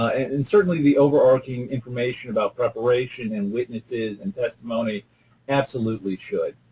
and certainly the overarching information about preparation and witnesses and testimony absolutely should.